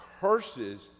curses